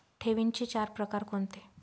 ठेवींचे चार प्रकार कोणते?